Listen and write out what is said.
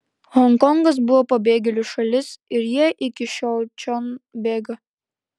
honkongas buvo pabėgėlių šalis ir jie iki šiol čion bėga